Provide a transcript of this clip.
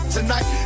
tonight